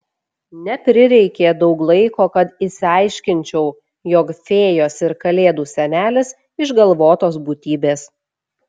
neprireikė daug laiko kad išsiaiškinčiau jog fėjos ir kalėdų senelis išgalvotos būtybės